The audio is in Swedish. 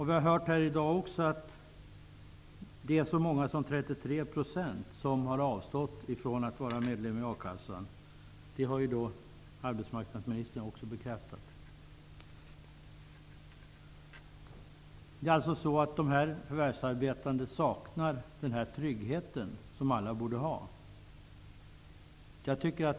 Vi har i dag hört att så många som 33 % har avstått från att vara medlemmar i a-kassan. Det har arbetsmarknadministern också bekräftat. Dessa förvärvsarbetande saknar den trygghet som alla borde ha.